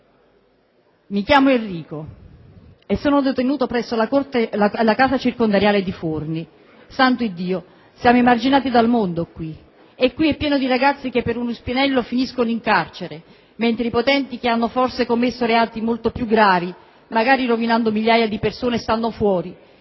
«Mi chiamo Enrico e sono detenuto presso la Casa circondariale di Fuorni. Santo Iddio, siamo emarginati dal mondo qui. Qui è pieno di ragazzi che per uno spinello finiscono in carcere, mentre i potenti che hanno forse commesso reati molto più gravi, magari rovinando migliaia di persone, stanno fuori